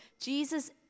Jesus